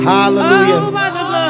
hallelujah